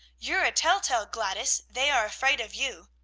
you're a tell-tale gladys they are afraid of you.